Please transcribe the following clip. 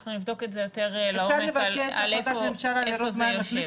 אנחנו נבדוק יותר לעומק איפה זה יושב.